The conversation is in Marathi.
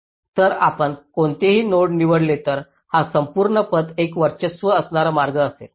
तर आपण कोणतेही नोड निवडले तर हा संपूर्ण पथ एक वर्चस्व असणारा मार्ग असेल